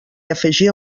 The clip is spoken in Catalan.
afegia